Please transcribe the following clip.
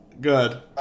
Good